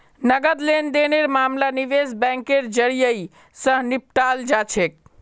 नकद लेन देनेर मामला निवेश बैंकेर जरियई, स निपटाल जा छेक